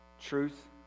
truth